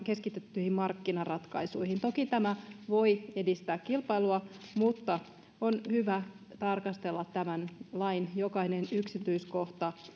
keskitettyihin markkinaratkaisuihin toki tämä voi edistää kilpailua mutta on hyvä tarkastella tämän lain jokainen yksityiskohta